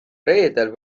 reedel